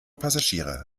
passagiere